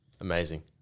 Amazing